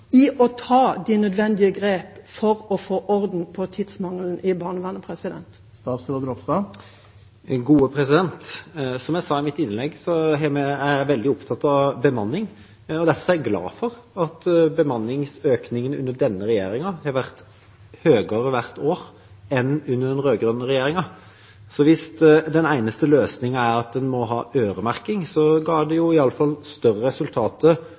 i å ta de nødvendige grep for å få orden på tidsmangelen i barnevernet? Som jeg sa i mitt innlegg, er jeg veldig opptatt av bemanning. Derfor er jeg glad for at bemanningsøkningen under denne regjeringa har vært høyere hvert år enn under den rød-grønne regjeringa. Hvis den eneste løsningen er at en må ha øremerking, ga det iallfall større